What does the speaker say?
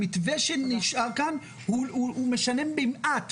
המתווה שנשאר כאן הוא משנה במעט,